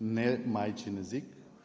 немайчин език.